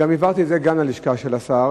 העברתי גם את זה ללשכה של השר.